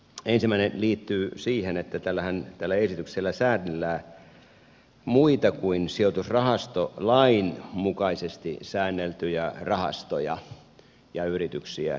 ensimmäinen liittyy siihen että tällä esityksellä säädellään muita kuin sijoitusrahastolain mukaisesti säänneltyjä rahastoja ja yrityksiä